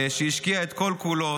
שהשקיע את כל-כולו,